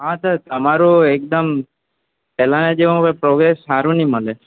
હાં સર તમારું એકદમ પેલાના જેવા હવે પ્રોગ્રેસ સારું ની મલે